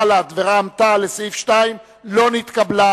קבוצת סיעת בל"ד וקבוצת סיעת רע"ם-תע"ל לסעיף 2 לא נתקבלה.